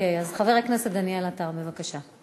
חבר הכנסת דניאל עטר, בבקשה.